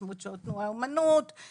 600 שעות הוראה אמנות,